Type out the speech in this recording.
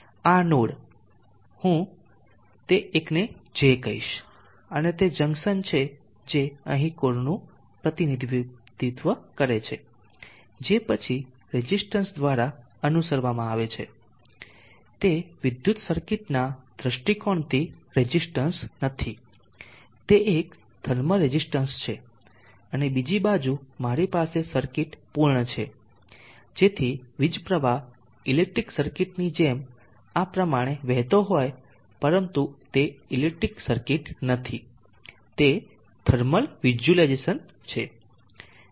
આ નોડ હું તે એકને J તરીકે કહીશ અને તે જંકશન છે જે અહીં આ કોરનું પ્રતિનિધિત્વ કરે છે જે પછી રેઝીસ્ટન્સ દ્વારા અનુસરવામાં આવે છે તે વિદ્યુત સર્કિટના દૃષ્ટિકોણથી રેઝીસ્ટન્સ નથી તે એક થર્મલ રેઝીસ્ટન્સ છે અને બીજી બાજુ બાજુ મારી પાસે સર્કિટ પૂર્ણ છે જેથી વીજ પ્રવાહ ઇલેક્ટ્રિક સર્કિટની જેમ આ પ્રમાણે વહેતો હોય પરંતુ તે ઇલેક્ટ્રિક સર્કિટ નથી તે થર્મલ વિઝ્યુલાઇઝેશન છે